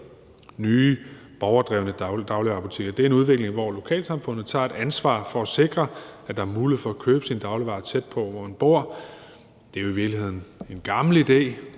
nye borgerdrevne dagligvarebutikker. Det er en udvikling, hvor lokalsamfundet tager et ansvar for at sikre, at der er mulighed for at købe sine dagligvarer tæt på, hvor man bor. Det er jo i virkeligheden en gammel idé,